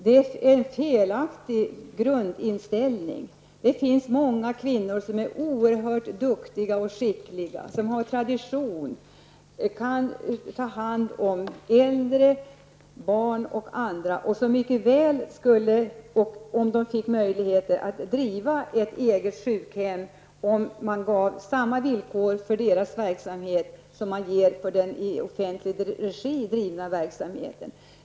Det är en felaktig grundinställning. Det finns många kvinnor som har tradition på och är oerhört duktiga och skickliga i att ta hand om äldre, barn och andra och som mycket väl skulle kunna driva ett eget sjukhem om de fick möjligheter, om man gav deras verksamhet samma möjligheter som den i offentlig regi drivna verksamheten.